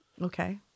Okay